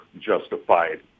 justified